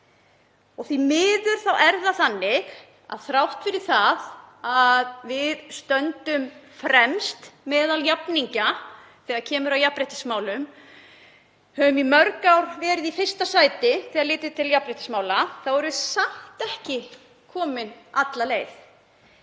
Því miður er það þannig að þrátt fyrir að við stöndum fremst meðal jafningja þegar kemur að jafnréttismálum, höfum í mörg ár verið í fyrsta sæti þegar litið er til jafnréttismála, þá erum við samt ekki komin alla leið.